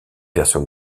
version